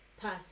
person